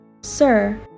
Sir